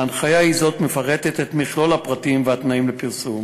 ההנחיה הזאת מפרטת את מכלול הפרטים והתנאים לפרסום,